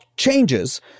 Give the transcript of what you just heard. Changes